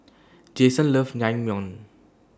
Jayson loves Naengmyeon